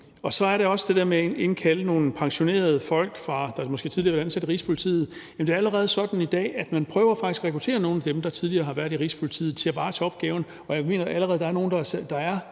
Og så er der også det der med at indkalde nogle pensionerede folk, der måske tidligere har været ansat i Rigspolitiet, og der er det allerede sådan i dag, at man faktisk prøver at rekruttere nogle af dem, der tidligere har været i Rigspolitiet, til at varetage opgaven, og jeg mener, at der allerede er nogen, der er